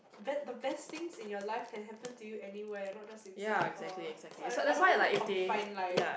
be~ the best things in your life can happen to you anywhere not just in Singapore so I I don't want to confine like